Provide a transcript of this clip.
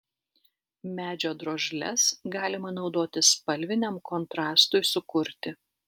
medžio drožles galima naudoti spalviniam kontrastui sukurti